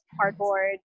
cardboard